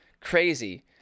crazy